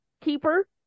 keeper